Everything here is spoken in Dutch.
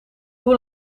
hoe